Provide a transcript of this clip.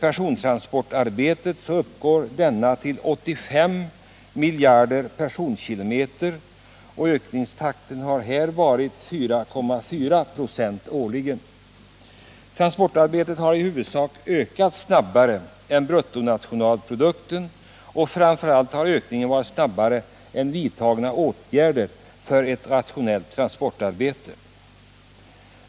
Persontransportarbetet uppgår till 85 miljarder personkilometer, och ökningstakten har här varit 4,4 96 årligen. Transportarbetet har i huvudsak ökat snabbare än bruttonationalprodukten, och framför allt har ökningen varit snabbare än vidtagna åtgärder för ett rationellt transportarbete.